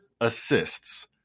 assists